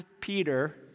Peter